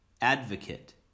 advocate